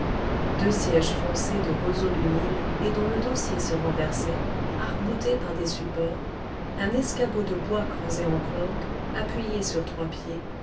deux sièges foncés de roseaux du nil et dont le dossier se renversait arc-bouté par des supports un escabeau de bois creusé en conque appuyé sur trois pieds